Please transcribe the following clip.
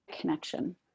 connection